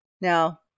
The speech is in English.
Now